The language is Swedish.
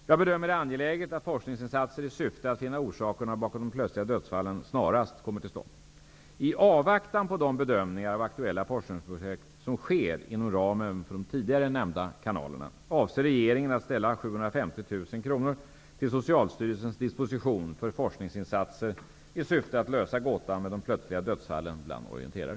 Jag bedömer det angeläget att forskningsinsatser i syfte att finna orsakerna bakom de plötsliga dödsfallen snarast kommer till stånd. I avvaktan på de bedömningar av aktuella forskningsprojekt som sker inom ramen för de tidigare nämnda kanalerna avser regeringen att ställa 750 000 kronor till Socialstyrelsens disposition för forskningsinsatser i syfte att lösa gåtan med de plötsliga dödsfallen bland orienterare.